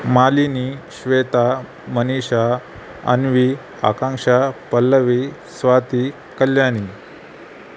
Malini Shweta Manisha Anvi Akanksha Pallavi Swati Kalyani